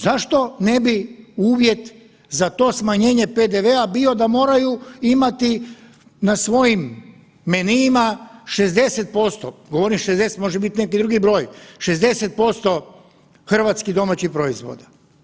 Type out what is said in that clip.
Zašto ne bi uvjet za to smanjenje PDV-a bio da moraju imati na svojim meniima 60%, govorim 60 može biti neki drugi broj, 60% hrvatskih domaćih proizvoda.